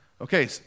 Okay